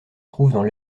trouvent